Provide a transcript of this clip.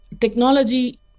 Technology